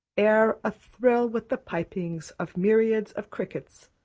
air athrill with the pipings of myriads of crickets,